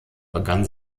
begann